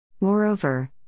Moreover